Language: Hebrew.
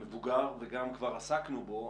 מבוגר וגם כבר עסקנו בו.